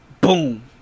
Boom